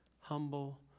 humble